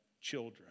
children